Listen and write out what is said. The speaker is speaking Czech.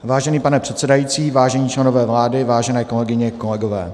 Vážený pane předsedající, vážení členové vlády, vážené kolegyně, kolegové.